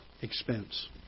expense